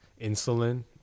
insulin